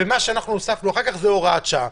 ומה שאנחנו הוספנו אחר כך זו הוראת שעה.